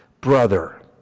brother